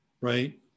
Right